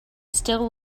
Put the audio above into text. still